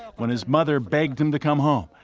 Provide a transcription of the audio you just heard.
when his mother begged him to come home,